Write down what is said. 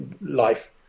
life